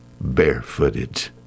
barefooted